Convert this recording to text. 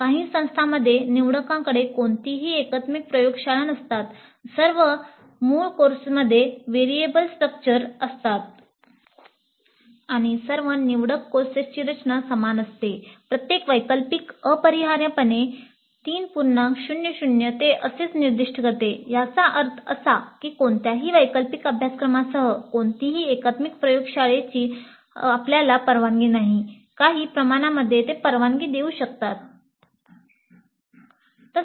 या निवडक विद्यार्थ्यांद्वारे शिकण्याची व्याप्ती वाढविण्यासाठी सामान्यत अधिक असतात व्यापक दृष्टीकोन देणे उदाहरणार्थ संगणक विज्ञान विद्यार्थी यांत्रिकी अभियांत्रिकी विभाग ऑफर करत असलेल्या पर्यायी निवडीची निवड करू शकतो अशा खुले वैकल्पिक शक्य आहे